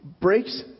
breaks